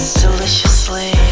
deliciously